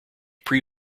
pre